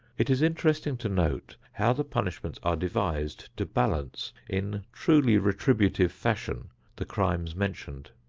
it is interesting to note how the punishments are devised to balance in truly retributive fashion the crimes mentioned.